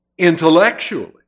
Intellectually